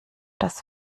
das